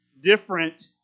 different